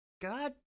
God